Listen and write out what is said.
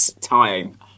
Time